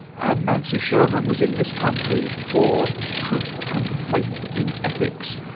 and nancy sherman was in this country for truth and faith in ethics,